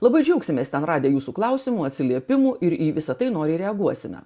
labai džiaugsimės ten radę jūsų klausimų atsiliepimų ir į visa tai noriai reaguosime